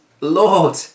Lord